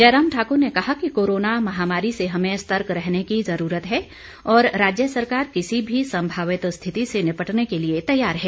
जयराम ठाकुर ने कहा कि कोरोना महामारी से हमें सर्तक रहने की जरूरत हैं और राज्य सरकार किसी भी संभावित स्थिति से निपटने के लिए तैयार है